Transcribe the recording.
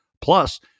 plus